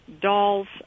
Dolls